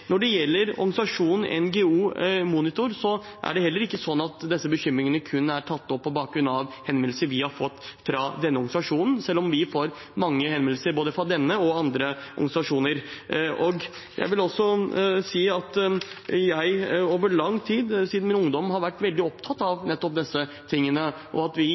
Når det gjelder NGO Monitor, er det heller ikke sånn at disse bekymringene kun er tatt opp på bakgrunn av henvendelser vi har fått fra denne organisasjonen, selv om vi får mange henvendelser fra både denne og andre organisasjoner. Jeg vil også si at jeg over lang tid, siden min ungdom, har vært veldig opptatt av nettopp disse tingene, og at vi